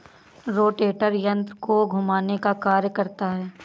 rotator यन्त्र को घुमाने का कार्य करता है